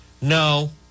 No